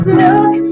milk